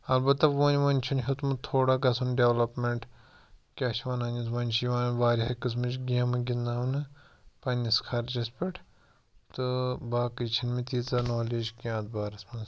اَلبَتہٕ وۅنۍ وۅنۍ چھُن ہیٚوتمُت تھوڑا گَژھُن ڈیولپمینٛٹ کیٛاہ چھِ وَنان یَتھ وۅنۍ چھِ یِوان واریاہ قٕسمٕچ گیمہٕ گِنٛدٕناونہٕ پَنٕنِس خرچس پؠٹھ تہٕ باقٕے چھِنہٕ مےٚ تیٖژاہ نالیج کیٚنٛہہ اَتھ بارَس منٛز